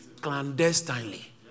clandestinely